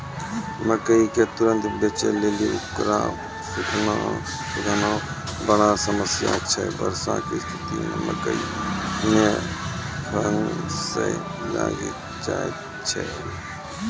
मकई के तुरन्त बेचे लेली उकरा सुखाना बड़ा समस्या छैय वर्षा के स्तिथि मे मकई मे फंगस लागि जाय छैय?